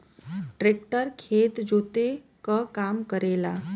tractor खेत जोते क काम करेला